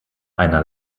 einer